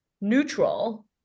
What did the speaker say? neutral